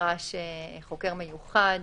כשנדרש חוקר מיוחד